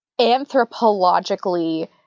anthropologically